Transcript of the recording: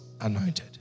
anointed